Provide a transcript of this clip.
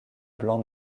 blanc